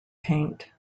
paint